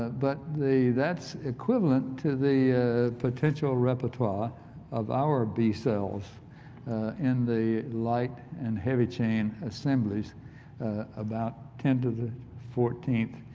but the that's equivalent to the potential repertoire of our b-cells in the light and heavy chain assemblies about ten to the fourteenth